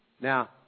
Now